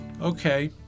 Okay